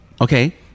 Okay